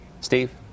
Steve